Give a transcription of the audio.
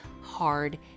hard